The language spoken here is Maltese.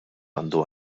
għandu